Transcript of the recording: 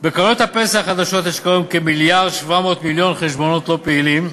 בקרנות הפנסיה החדשות יש כיום כ-1.7 מיליון חשבונות לא פעילים,